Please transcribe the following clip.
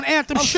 Anthem